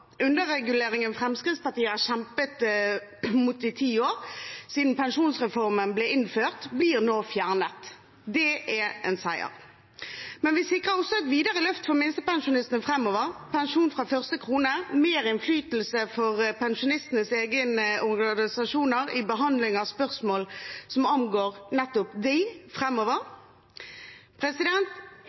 Underreguleringen Fremskrittspartiet har kjempet mot i ti år, siden pensjonsreformen ble innført, blir nå fjernet. Det er en seier. Vi sikrer også et videre løft for minstepensjonistene framover: pensjon fra første krone og mer innflytelse for pensjonistenes egne organisasjoner i behandlingen av spørsmål som angår nettopp